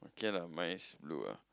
okay lah mine is blue ah